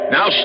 Now